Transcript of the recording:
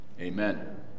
amen